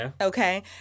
okay